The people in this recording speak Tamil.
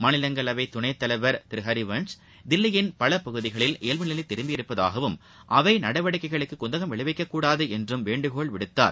மாநிலங்களவைத் துணைத்தலைவர் திரு ஹரிவன்ஸ் தில்லியின் பல பகுதிகளில் இயல்பு நிலை திரும்பி இருப்பதாகவும் அவை நடவடிக்கைகளுக்கு குந்தகம் விளைவிக்கக்கூடாது என்றம் வேண்டுகோள் விடுத்தார்